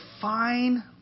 fine